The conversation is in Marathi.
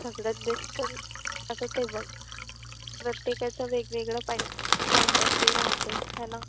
सगळंच दिसतं ना असं ते बघ प्रत्येकाचं वेगवेगळं पाईन पॉईंट ऑफ व्ह्यू राहते है ना